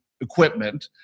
equipment